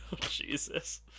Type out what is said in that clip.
Jesus